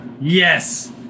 Yes